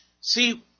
See